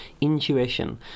intuition